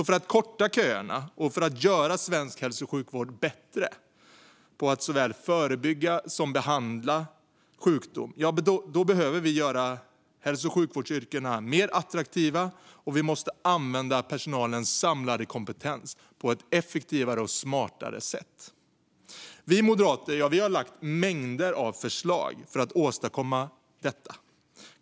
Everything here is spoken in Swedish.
För att korta köerna och göra svensk hälso och sjukvård bättre på att såväl förebygga som behandla sjukdom behöver vi göra hälso och sjukvårdsyrkena mer attraktiva, och vi måste använda personalens samlade kompetens på ett effektivare och smartare sätt. Vi moderater har lagt fram mängder av förslag för att åstadkomma detta.